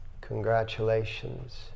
congratulations